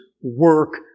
work